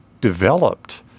developed